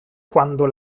quando